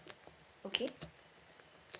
okay